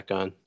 on